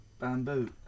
Bamboo